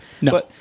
No